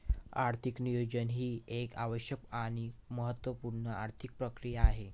आर्थिक नियोजन ही एक आवश्यक आणि महत्त्व पूर्ण आर्थिक प्रक्रिया आहे